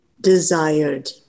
desired